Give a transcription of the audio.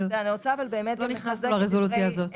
אבל לא נכנסנו לרזולוציה הזאת.